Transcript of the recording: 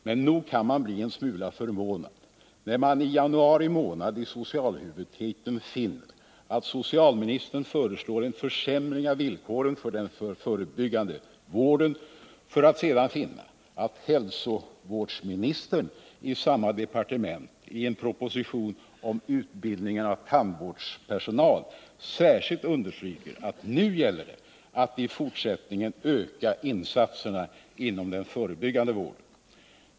Men nog kan man bli en smula förvånad, när man i januari månad i socialhuvudtiteln finner att socialministern föreslår en försämring av villkoren för den förebyggande vården, och sedan finner att hälsovårdsministern i samma departement i en proposition om utbildningen av tandvårdspersonal särskilt understryker att det gäller att i fortsättningen öka insatserna inom den förebyggande vården.